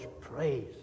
praise